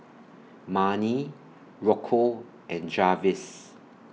Marni Rocco and Jarvis